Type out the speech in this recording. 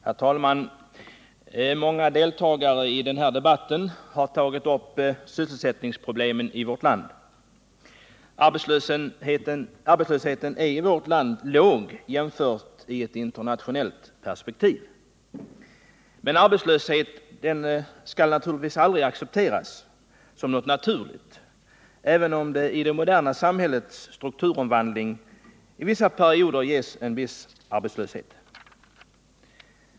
Herr talman! Många deltagare i den här debatten har tagit upp sysselsättningsproblemen i vårt land. Arbetslösheten är i vårt land låg i ett internationellt perspektiv. Men arbetslöshet skall naturligtvis aldrig accepteras som något naturligt, även om det i det moderna samhällets strukturomvandling under en del perioder ges en viss arbetslöshet.